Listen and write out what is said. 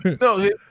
no